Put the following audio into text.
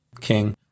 king